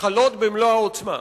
חלות במלוא העוצמה,